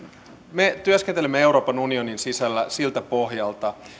me työskentelemme euroopan unionin sisällä siltä pohjalta